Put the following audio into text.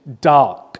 dark